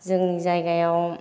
जोंनि जायगायाव